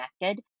connected